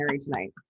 tonight